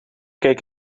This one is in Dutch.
keek